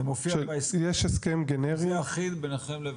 הסכם אחיד ביניכם?